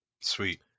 sweet